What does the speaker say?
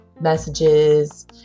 messages